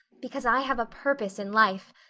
because i have a purpose in life.